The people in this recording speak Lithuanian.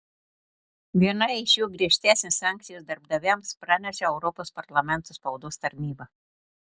viena iš jų griežtesnės sankcijos darbdaviams praneša europos parlamento spaudos tarnyba